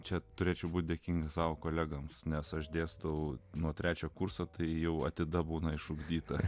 čia turėčiau būti dėkinga savo kolegoms nes aš dėstau nuo trečio kurso tai jau atida būna išugdyta